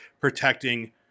protecting